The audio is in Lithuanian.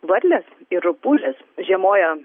varlės ir rupūžės žiemoja